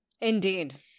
Indeed